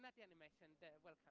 animation